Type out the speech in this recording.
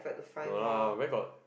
no lah where got